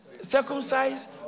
circumcised